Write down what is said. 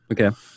Okay